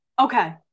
Okay